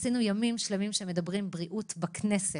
עשינו ימים שלמים של דיונים שמדברים על בריאות בכנסת.